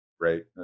right